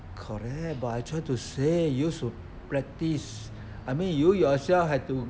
correct but I try to say you should practice I mean you yourself have to